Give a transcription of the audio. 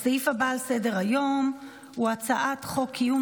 הסעיף הבא על סדר-היום הוא הצעת חוק קיום